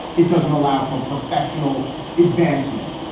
it doesn't allow for professional advancement.